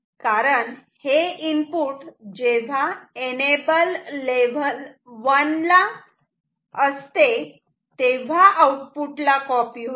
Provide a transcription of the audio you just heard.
कारण हे इनपुट जेव्हा एनेबल लेव्हल 1 ला असते तेव्हा आउटपुटला कॉपी होते